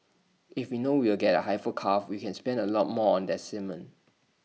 if we know we'll get A heifer calf we can spend A lot more on that semen